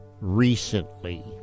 recently